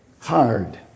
hard